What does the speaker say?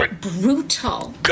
brutal